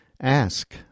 ask